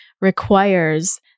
requires